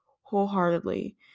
wholeheartedly